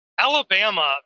Alabama